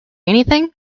anything